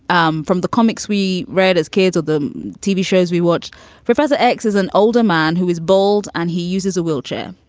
um from the comics we read as kids of the tv shows we watch professor x is an older man who is bold and he uses a wheelchair.